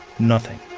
nothing.